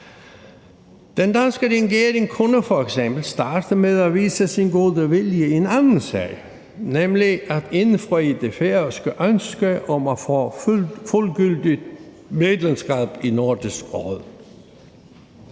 Den danske regering kunne f.eks. starte med at vise sin gode vilje i en anden sag, nemlig at indfri det færøske ønske om at få fuldgyldigt medlemskab i Nordisk Råd.